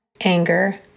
anger